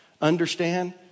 understand